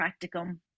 practicum